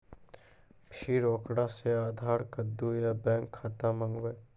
फिर ओकरा से आधार कद्दू या बैंक खाता माँगबै?